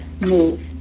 move